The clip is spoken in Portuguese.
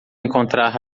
encontrar